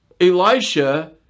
Elisha